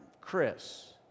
Chris